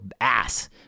ass